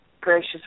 gracious